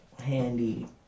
Handy